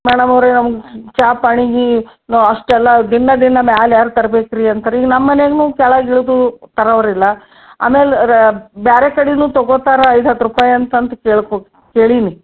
madam ಅವರೇ ನಮ್ಗೆ ಚಾ ಪಾನಿಗೆ ನಾವು ಅಷ್ಟೆಲ್ಲ ದಿನ ದಿನ ಮ್ಯಾಲೆ ಏರಿ ತರ್ಬೇಕು ರೀ ಅಂತಾರೆ ಈಗ ನಮ್ಮ ಮನೇಲೂ ಕೆಳಗೆ ಇಳಿದು ತರೋವ್ರಿಲ್ಲ ಆಮೇಲೆ ರಾ ಬೇರೆ ಕಡೆನು ತೊಗೋತಾರೆ ಐದು ಹತ್ತು ರೂಪಾಯಿ ಅಂತ ಅಂತ ಕೇಳ್ಕೊ ಕೇಳೀನಿ